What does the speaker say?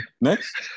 Next